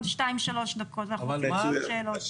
עוד שתיים-שלוש דקות ואנחנו רוצים זמן לשאלות.